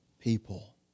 people